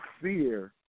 fear